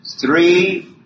Three